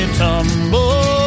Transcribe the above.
tumble